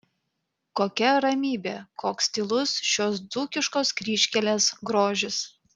kokia ramybė koks tylus šios dzūkiškos kryžkelės grožis